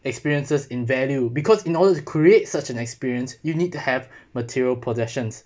experiences in value because in order to create such an experience you need to have material possessions